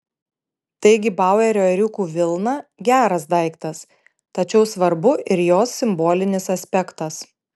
taigi bauerio ėriukų vilna geras daiktas tačiau svarbu ir jos simbolinis aspektas